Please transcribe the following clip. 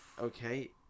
okay